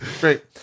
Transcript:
great